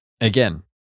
again